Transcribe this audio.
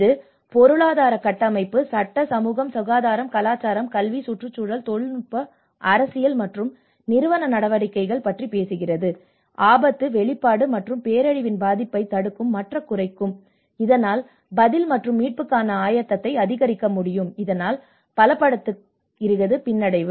இது பொருளாதார கட்டமைப்பு சட்ட சமூக சுகாதாரம் கலாச்சார கல்வி சுற்றுச்சூழல் தொழில்நுட்ப அரசியல் மற்றும் நிறுவன நடவடிக்கைகள் பற்றி பேசுகிறது இது ஆபத்து வெளிப்பாடு மற்றும் பேரழிவின் பாதிப்பைத் தடுக்கும் மற்றும் குறைக்கும் இதனால் பதில் மற்றும் மீட்புக்கான ஆயத்தத்தை அதிகரிக்க முடியும் இதனால் பலப்படுத்துகிறது பின்னடைவு